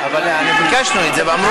די, באמת,